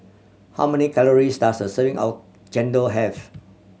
how many calories does a serving of chendol have